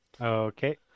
Okay